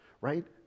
Right